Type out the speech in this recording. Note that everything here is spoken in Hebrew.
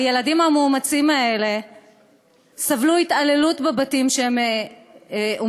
הילדים המאומצים האלה סבלו התעללות בבתים שאומצו.